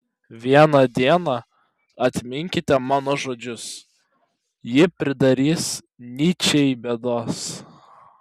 vieną dieną atminkite mano žodžius ji pridarys nyčei bėdos